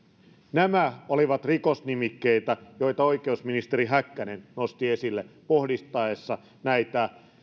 nämä olivat rikosnimikkeitä joita oikeusministeri häkkänen nosti esille pohdittaessa näitä